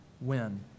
win